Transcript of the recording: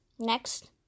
next